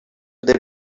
their